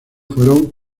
fueron